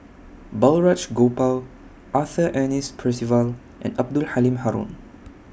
Balraj Gopal Arthur Ernest Percival and Abdul Halim Haron